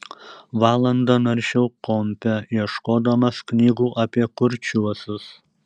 valandą naršiau kompe ieškodamas knygų apie kurčiuosius